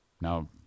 Now